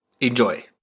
Enjoy